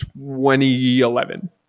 2011